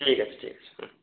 ঠিক আছে ঠিক আছে হুম